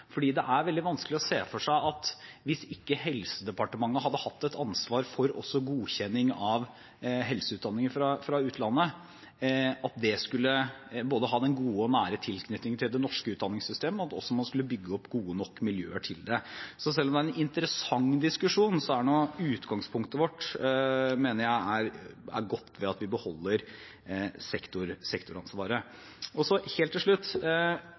for hvis ikke Helsedepartementet hadde hatt et ansvar også for godkjenning av helseutdanninger fra utlandet, er det veldig vanskelig å se for seg at det skulle ha både den gode og nære tilknytning til det norske utdanningssystemet, og at man også skulle bygge opp gode nok miljøer til det. Selv om det er en interessant diskusjon, er utgangspunktet vårt godt, mener jeg, ved at vi beholder sektoransvaret. Helt til slutt: